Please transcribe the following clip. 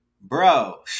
Bro